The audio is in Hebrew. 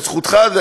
זאת זכותך,